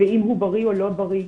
אם הוא בריא או לא בריא.